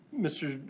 mr.